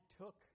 took